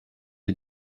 des